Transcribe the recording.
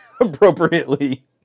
appropriately